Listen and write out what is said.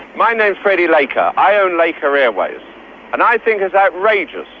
my name's freddie laker. i own laker airways and i think it's outrageous,